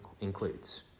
includes